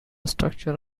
structure